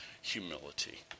humility